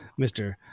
Mr